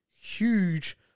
huge